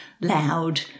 loud